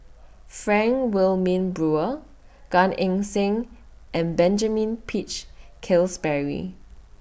Frank Wilmin Brewer Gan Eng Seng and Benjamin Peach Keasberry